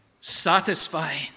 satisfying